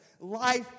Life